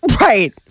right